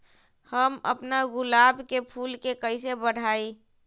हम अपना गुलाब के फूल के कईसे बढ़ाई?